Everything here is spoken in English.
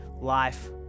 life